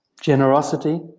generosity